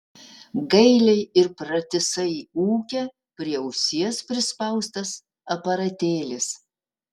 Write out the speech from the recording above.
gailiai ir pratisai ūkia prie ausies prispaustas aparatėlis